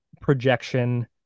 projection